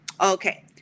Okay